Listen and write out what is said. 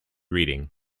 reading